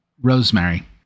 Rosemary